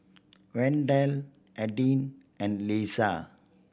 Wendel Adin and Leesa